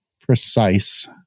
precise